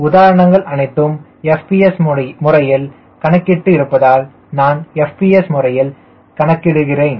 உதாரணங்கள் அனைத்தும் FPS முறையில் கணக்கிட்டு இருப்பதால் நான் FPS முறையில் கணக்கிடுகிறேன்